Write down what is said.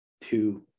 two